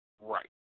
Right